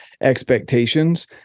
expectations